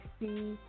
see